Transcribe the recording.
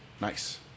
Nice